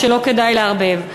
או שלא כדאי לערבב,